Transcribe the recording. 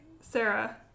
Sarah